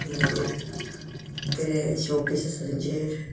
मागीर कितें showpiece आसा तेंचेर